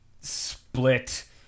Split